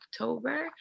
October